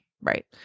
right